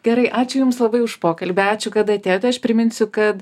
gerai ačiū jums labai už pokalbį ačiū kad atėjote aš priminsiu kad